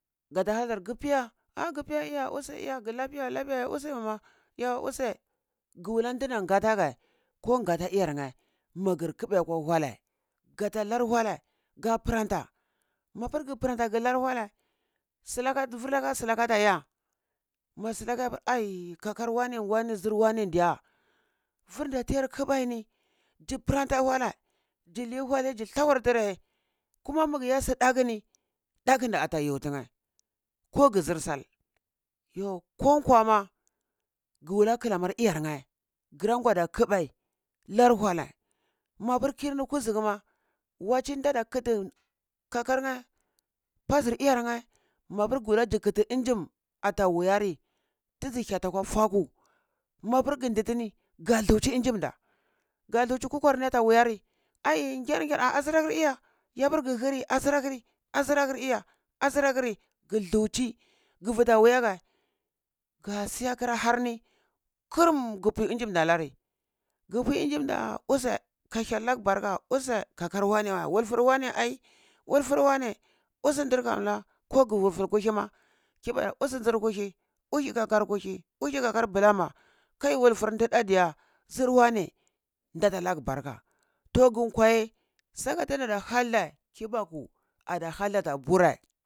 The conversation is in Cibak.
Gata hadar gpiya ah gpiya iya use iya gi lafiya wa lafiya use mama yo use gi wala ndinam nga tagye ko nga ta iyarnye magri kibai akwa walai, gata lar walei ga pranta mapur gi pranta gilar walei vir laka su laka ta iya ma silaka apur ai kakar wane wane zir wane diya vur da tiyar kbai ni, ji pranta walei ji li wale ji thawar tira ye kuma magu iya su ɗaku ni əakunda ata yu thinye ko zi zir sal yo ko kwa ma gi wala kilamar iyarnye gi rangwa da kiɓai lar walei mapur kiyirni kuzugu ma waci ndada kiti kakarnye, pazir iyarnye, mapu gu walei zi kiti unjum ata wuya ri hzi hyati kwa faku mpau gindi tini ga dutsi unjum da ga duchi kwakwani ta wuyari ai gyar gyar ah azira kiri iya yapir gi dhiri azira kiri azira kiri rya azira kiri gi duchi gi vutei a wuya ga, ga siyaka harni krum gi pui unjum da lari gi pui unjum da usei ka hyel lag barka use kakar wane wa wufut wane ai wulfur wane usu ndir kanla ko gi wulfur kuhi ma kibaku ya usu zir kuhi, usi kakar kuhi usu kakar bulama kai wulfur ndi iya diya, zir wane ndata lagi barka to gin kwa ye saka tinada halda kibaka ada halda ta burei